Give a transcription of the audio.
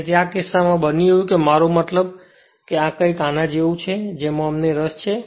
તેથી આ કિસ્સામાં બન્યું એવું કે મારો મતલબ કે આ કઈક આના જેવુ છે જેમાં અમને રસ છે